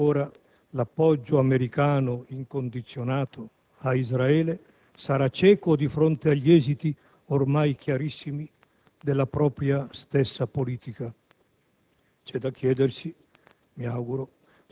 C'è da chiedersi: fino a quando ancora l'appoggio americano incondizionato ad Israele sarà cieco di fronte agli esiti ormai chiarissimi della propria stessa politica?